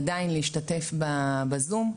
עדיין להשתתף בזום.